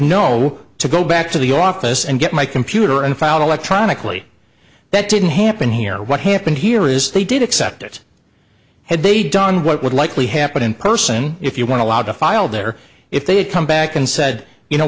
know to go back to the office and get my computer and filed electronically that didn't happen here what happened here is they did accept it had they done what would likely happen in person if you want a law to file there if they come back and said you know